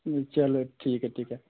جی چلو ٹھیک ہے ٹھیک ہے